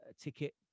Ticket